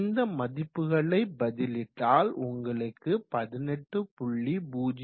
இந்த மதிப்புகளை பதிலிட்டால் உங்களுக்கு 18